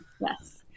Yes